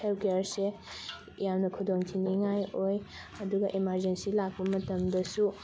health ꯀꯦꯌꯔꯁꯦ ꯌꯥꯝꯅ ꯈꯨꯗꯣꯡ ꯊꯤꯅꯤꯡꯉꯥꯏ ꯑꯣꯏ ꯑꯗꯨꯒ ꯏꯃꯔꯖꯦꯟꯁꯤ ꯂꯥꯛꯄ ꯃꯇꯝꯗꯁꯨ